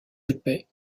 épais